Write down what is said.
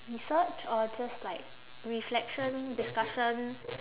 research or just like reflection discussion